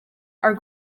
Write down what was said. are